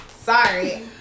Sorry